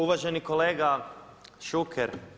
Uvaženi kolega Šuker.